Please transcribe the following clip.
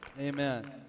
Amen